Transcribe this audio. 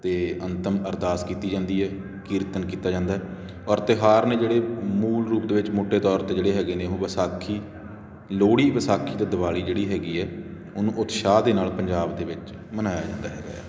ਅਤੇ ਅੰਤਿਮ ਅਰਦਾਸ ਕੀਤੀ ਜਾਂਦੀ ਹੈ ਕੀਰਤਨ ਕੀਤਾ ਜਾਂਦਾ ਔਰ ਤਿਉਹਾਰ ਨੇ ਜਿਹੜੇ ਮੂਲ ਰੂਪ ਦੇ ਵਿੱਚ ਮੋਟੇ ਤੌਰ 'ਤੇ ਜਿਹੜੇ ਹੈਗੇ ਨੇ ਉਹ ਵਿਸਾਖੀ ਲੋਹੜੀ ਵਿਸਾਖੀ ਅਤੇ ਦਿਵਾਲੀ ਜਿਹੜੀ ਹੈਗੀ ਹੈ ਉਹਨੂੰ ਉਤਸ਼ਾਹ ਦੇ ਨਾਲ ਪੰਜਾਬ ਦੇ ਵਿੱਚ ਮਨਾਇਆ ਜਾਂਦਾ ਹੈਗਾ ਹੈ